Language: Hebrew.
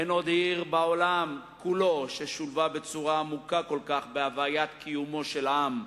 אין עוד עיר בעולם כולו ששולבה בצורה עמוקה כל כך בהוויית קיומו של עם,